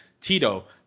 Tito